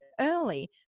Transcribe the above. early